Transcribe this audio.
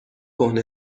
کهنه